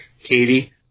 Katie